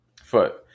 foot